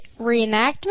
reenactment